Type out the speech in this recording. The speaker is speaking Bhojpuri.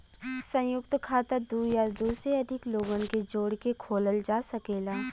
संयुक्त खाता दू या दू से अधिक लोगन के जोड़ के खोलल जा सकेला